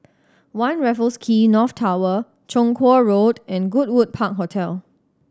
One Raffles Quay North Tower Chong Kuo Road and Goodwood Park Hotel